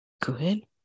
Good